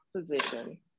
position